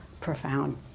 profound